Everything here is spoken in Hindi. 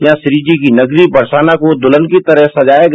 यहाँ श्रीजी की नगरी बरसाना को दुल्हन की तरह सजाया गया